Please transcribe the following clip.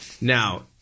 Now